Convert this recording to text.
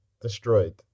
destroyed